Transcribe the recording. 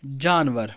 جانور